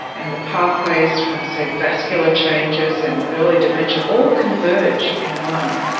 and the pathways from, say, vascular changes and early dementia all converge in one.